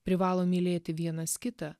privalo mylėti vienas kitą